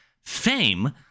fame